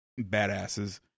badasses